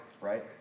right